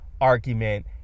argument